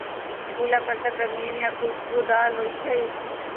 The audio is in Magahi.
फूल आकर्षक रंगीन आ खुशबूदार हो ईछई